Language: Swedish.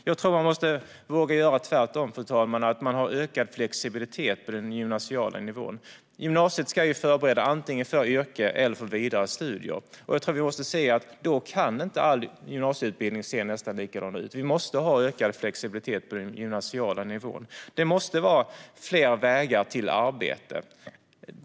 Jag tror att man måste våga göra tvärtom, fru talman, och ha ökad flexibilitet på den gymnasiala nivån. Gymnasiet ska ju förbereda antingen för ett yrke eller för vidare studier. Jag tror att vi måste inse att all gymnasieutbildning då inte kan se nästan likadan ut. Vi måste ha ökad flexibilitet på den gymnasiala nivån. Det måste finnas fler vägar till arbete.